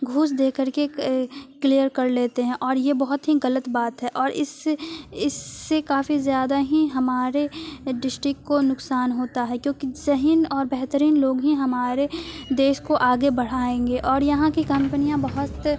گھوس دے کر کے کلیئر کر لیتے ہیں اور یہ بہت ہی غلط بات ہے اور اس سے اس سے کافی زیادہ ہی ہمارے ڈسٹک کو نقصان ہوتا ہے کیونکہ ذہن اور بہترین لوگ ہی ہمارے دیش کو آگے بڑھائیں گے اور یہاں کی کمپنیاں بہت